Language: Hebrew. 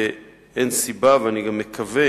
ואין סיבה, ואני גם מקווה